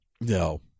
No